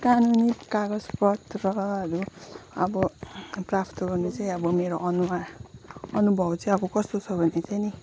कानुनी कागजपत्रहरू अब प्राप्त गर्नु चाहिँ अब मेरो अनुवा अनुभव चाहिँ अब कस्तो छ भने चाहिँ नि